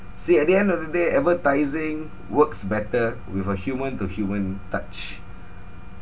see at the end of the day advertising works better with a human to human touch